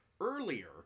earlier